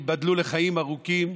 ייבדלו לחיים ארוכים,